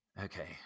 Okay